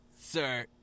Sir